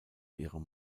ihrem